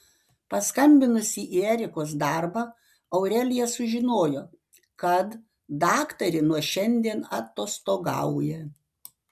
paskambinusi į erikos darbą aurelija sužinojo kad daktarė nuo šiandien atostogauja